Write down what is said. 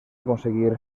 aconseguir